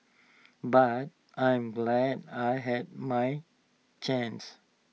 but I'm glad I had my chance